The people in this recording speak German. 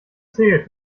zählt